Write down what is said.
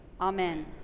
amen